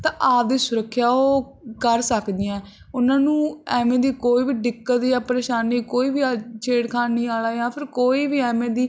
ਤਾਂ ਆਪਣੀ ਸੁਰੱਖਿਆ ਉਹ ਕਰ ਸਕਦੀਆਂ ਉਨ੍ਹਾਂ ਨੂੰ ਐਵੇਂ ਦੀ ਕੋਈ ਵੀ ਦਿੱਕਤ ਜਾਂ ਪ੍ਰੇਸ਼ਾਨੀ ਕੋਈ ਵੀ ਛੇੜਖਾਨੀ ਵਾਲਾ ਜਾਂ ਫਿਰ ਕੋਈ ਵੀ ਐਵੇਂ ਦੀ